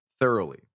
thoroughly